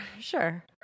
sure